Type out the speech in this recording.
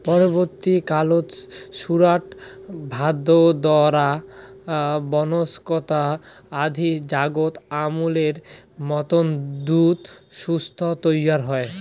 পরবর্তী কালত সুরাট, ভাদোদরা, বনস্কন্থা আদি জাগাত আমূলের মতন দুধ সংস্থা তৈয়ার হই